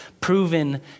proven